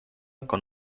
con